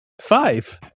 Five